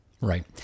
Right